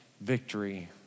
victory